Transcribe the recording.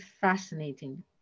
fascinating